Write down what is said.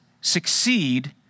succeed